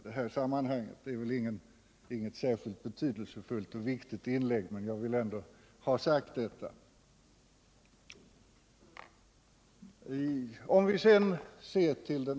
— Det är inte något särskilt viktigt inlägg, men jag vill ändå ha detta sagt.